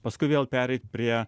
paskui vėl pereit prie